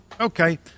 okay